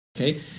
Okay